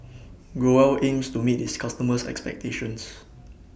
Growell aims to meet its customers' expectations